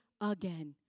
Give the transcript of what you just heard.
again